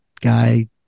guy